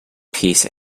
peace